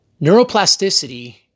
Neuroplasticity